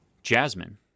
Jasmine